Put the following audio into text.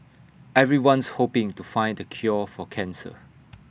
everyone's hoping to find the cure for cancer